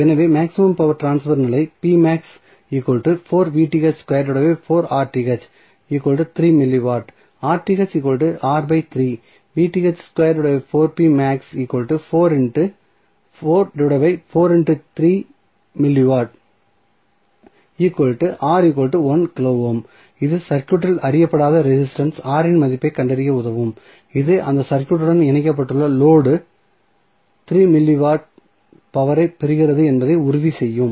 எனவே maximum power transfer நிலை இது சர்க்யூட்டில் அறியப்படாத ரெசிஸ்டன்ஸ் R இன் மதிப்பைக் கண்டறிய உதவும் இது அந்த சர்க்யூட்டுடன் இணைக்கப்பட்டுள்ள லோடு 3 மில்லி வாட் பவர் ஐப் பெறுகிறது என்பதை உறுதி செய்யும்